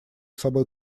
собой